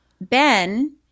Ben